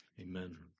Amen